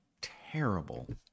terrible